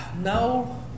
No